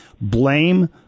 blame